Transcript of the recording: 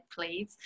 please